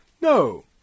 No